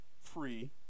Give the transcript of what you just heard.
free